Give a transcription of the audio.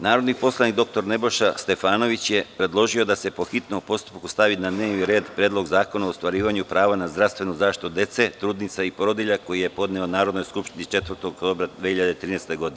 Narodni poslanik dr Nebojša Stefanović, je predložio da se po hitnom postupku stavi na dnevni red Predlog zakona o ostvarivanju prava na zdravstvenu zaštitu dece, trudnica i porodilja koji je podneo Narodnoj skupštini 4. oktobra 2013. godine.